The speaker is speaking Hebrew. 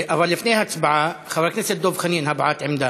אבל לפני ההצבעה, חבר הכנסת דב חנין, הבעת עמדה.